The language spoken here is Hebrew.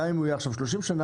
גם אם הוא יהיה עכשיו 30 שנה,